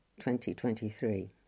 2023